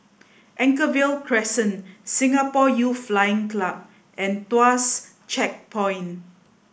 Anchorvale Crescent Singapore Youth Flying Club and Tuas Checkpoint